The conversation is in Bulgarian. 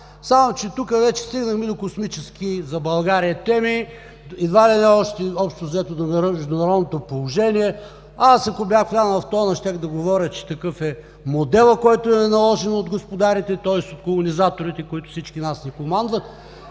Само че тук вече влизаме на космически за България теми и едва ли не общо взето до международното положение. Аз, ако бях влязъл в тона, щях да говоря, че такъв е моделът, който е наложен от господарите, тоест от колонизаторите, които всички нас ни командват,